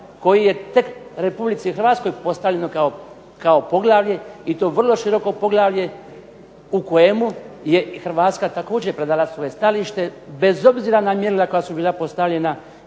koji je tek Republici Hrvatskoj postavljeno kao poglavlje i to vrlo široko poglavlje u kojemu je i Hrvatska također predala svoje stajalište, bez obzira na mjerila koja su bila postavljena